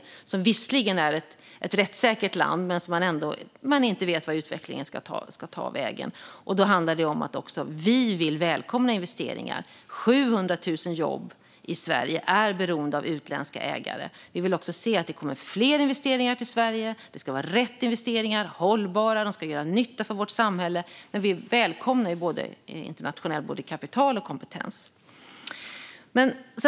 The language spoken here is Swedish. Det är visserligen ett rättssäkert land, men man vet ändå inte vart utvecklingen ska ta vägen. Det handlar också om att vi vill välkomna investeringar. Det är 700 000 jobb i Sverige som är beroende av utländska ägare. Vi vill se att det kommer fler investeringar till Sverige. Det ska vara rätt investeringar. De ska vara hållbara och göra nytta för vårt samhälle. Men vi välkomnar både internationellt kapital och internationell kompetens. Fru talman!